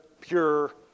pure